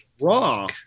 Raw